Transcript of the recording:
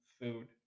food